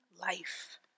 life